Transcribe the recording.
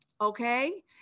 Okay